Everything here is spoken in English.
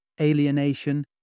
alienation